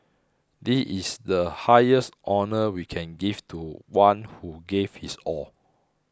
this is the highest honour we can give to one who gave his all